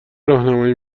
راهنمایی